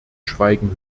schweigen